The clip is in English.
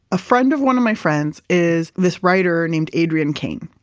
a friend of one of my friends is this writer named adrian kane.